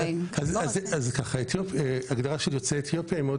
אז ככה ההגדרה של יוצאי אתיופיה היא מאוד